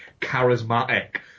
charismatic